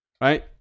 right